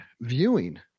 viewing